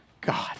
God